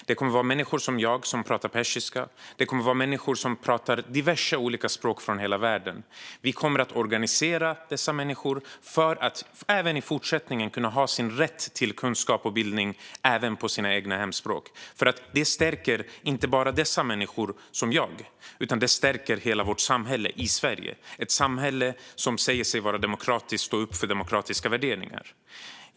Det kommer att vara människor som jag, som talar persiska. Det kommer att vara människor som talar diverse olika språk från hela världen. Vi kommer att organisera dessa människor. De ska även i fortsättningen ha sin rätt till kunskap och bildning på sina egna hemspråk. Det stärker inte bara dessa människor, till exempel mig, utan det stärker hela vårt samhälle i Sverige. Det är ett samhälle som säger sig vara demokratiskt och stå upp för demokratiska värderingar.